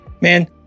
man